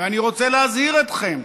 ואני רוצה להזהיר אתכם: